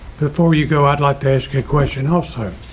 before you go, i'd like to ask a question also,